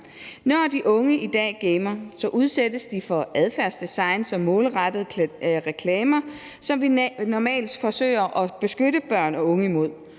Når de unge i dag gamer, udsættes de for adfærdsdesign som målrettede reklamer, som vi normalt forsøger at beskytte børn og unge imod.